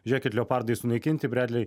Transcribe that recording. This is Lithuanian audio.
žiūrėkit leopardai sunaikinti realiai